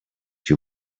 you